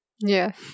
yes